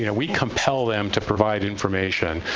you know we compel them to provide information,